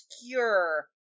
obscure